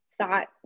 thought